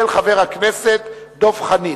של חבר הכנסת דב חנין.